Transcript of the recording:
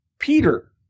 Peter